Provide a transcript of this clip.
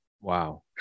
Wow